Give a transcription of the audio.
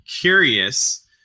curious